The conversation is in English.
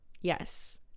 Yes